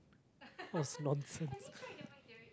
oh it's nonsense